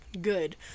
good